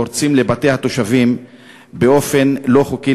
פורצת לבתי התושבים באופן לא חוקי,